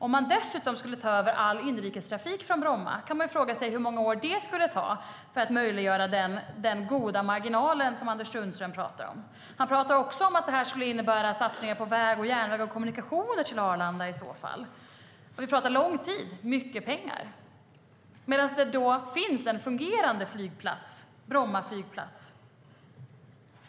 Om Arlanda dessutom skulle ta över all inrikestrafik från Bromma kan man fråga sig hur många år det skulle ta för att möjliggöra den goda marginal som Anders Sundström talar om. Anders Sundström talar också om att detta skulle innebära satsningar på vägar, järnvägar och kommunikationer till Arlanda. Vi talar då om en lång tid och mycket pengar. Samtidigt finns det en fungerande flygplats - Bromma flygplats.